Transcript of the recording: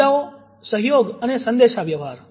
મુદ્દાઓ સહયોગ અને સંદેશાવ્યવહાર